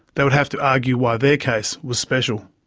they would have to argue why their case was special.